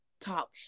talk